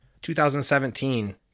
2017